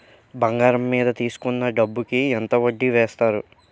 బంగారం మీద తీసుకున్న డబ్బు కి ఎంత వడ్డీ వేస్తారు?